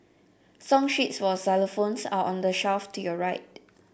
song sheets for xylophones are on the shelf to your right